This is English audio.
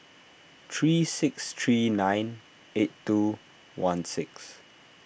three six three nine eight two one six